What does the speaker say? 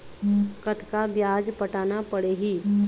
कतका ब्याज पटाना पड़ही?